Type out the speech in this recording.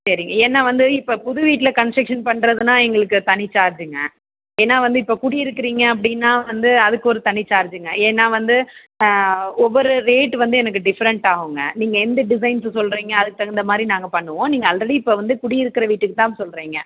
சரிங்க ஏன்னா வந்து இப்போ புது வீட்டில் கன்ஸ்ட்ரக்ஷன் பண்ணுறதுனா எங்களுக்கு தனி சார்ஜுங்க ஏன்னா வந்து இப்போ குடி இருக்குறீங்க அப்படின்னா வந்து அதுக்கு ஒரு தனி சார்ஜுங்க ஏன்னா வந்து ஒவ்வொரு ரேட்டு வந்து எனக்கு டிஃப்ரெண்ட் ஆகும்ங்க நீங்கள் எந்த டிசைன்ஸு சொல்லுறீங்க அதுக்கு தகுந்த மாதிரி நாங்கள் பண்ணுவோம் நீங்கள் ஆல்ரெடி இப்போ வந்து குடி இருக்கிற வீட்டுக்கு தான் சொல்லுறீங்க